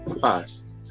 past